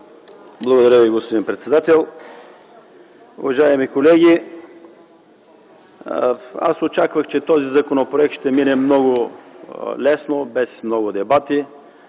Благодаря Ви, господин председател. Уважаеми колеги, аз очаквах, че този законопроект ще мине много лесно, без много дебати,